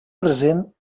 present